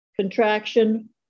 contraction